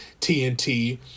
TNT